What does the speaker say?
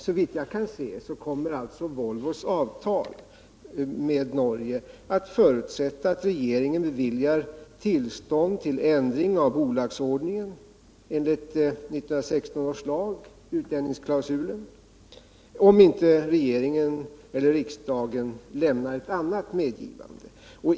Såvitt jag kan se kommer Volvos avtal med Norge att förutsätta att regeringen beviljar tillstånd till en ändring av bolagsordningen enligt 1916 års lag, utlänningsklausulen, om inte regering eller riksdag lämnar ett annat medgivande.